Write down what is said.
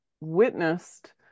witnessed